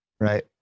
right